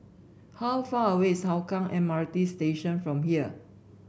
how far away is Hougang M R T Station from here